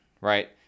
right